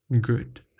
good